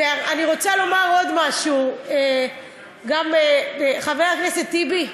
ואני רוצה לומר עוד משהו, חבר הכנסת טיבי,